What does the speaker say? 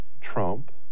Trump